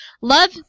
Love